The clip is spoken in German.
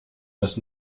das